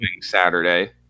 Saturday